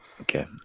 Okay